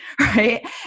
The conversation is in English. right